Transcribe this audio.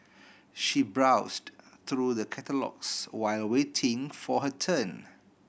she browsed through the catalogues while waiting for her turn